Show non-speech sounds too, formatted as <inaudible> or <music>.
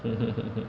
<laughs>